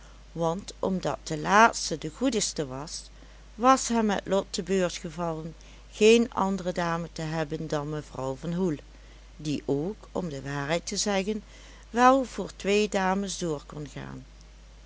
want omdat de laatste de goedigste was was hem het lot te beurt gevallen geen andere dame te hebben dan mevrouw van hoel die ook om de waarheid te zeggen wel voor twee dames door kon gaan